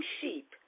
sheep